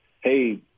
hey